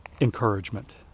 encouragement